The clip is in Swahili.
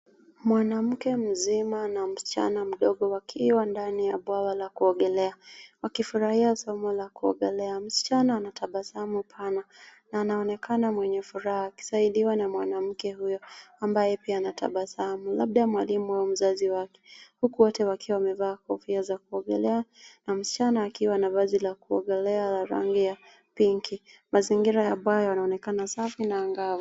Mwanamke mzima na msichana mdogo wakiwa ndani ya bwawa la kuogelea, wakifurahia somo la kuogelea. Msichana ana tabasamu pana na anaonekana mwenyefuraha akisaidiwa na mwanamke huyo ambaye pia anatabasamu. Labda mwalimu au mzazi wake huku wote wakiwa wamevaa kofia za kuogele, na msichana akiwa na vazi la kuogela ya rangi ya pinki. Mazingira ya bwawa yanaonekana safi na angavu.